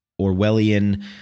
Orwellian